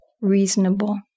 reasonable